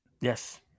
Yes